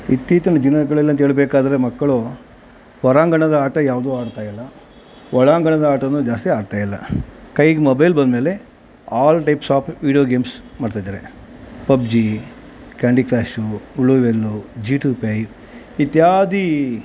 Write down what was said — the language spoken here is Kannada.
ಇತ್ತೀಚಿನ ದಿನಗಳಲ್ಲಿ ಅಂತ ಹೇಳಬೇಕಾದ್ರೆ ಮಕ್ಕಳು ಹೊರಾಂಗಣದ ಆಟ ಯಾವುದೂ ಆಡ್ತಾ ಇಲ್ಲ ಒಳಾಂಗಣದ ಆಟನೂ ಜಾಸ್ತಿ ಆಡ್ತಾ ಇಲ್ಲ ಕೈಗೆ ಮೊಬೈಲ್ ಬಂದ ಮೇಲೆ all types of video games ಮಾಡ್ತಾ ಇದ್ದಾರೆ ಪಬ್ಜಿ ಕ್ಯಾಂಡಿ ಕ್ರಶ್ಶು ಉಳುವೆಲ್ಲೂ ಜಿ ಟೂ ಪೇ ಇತ್ಯಾದಿ